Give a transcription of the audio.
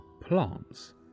plants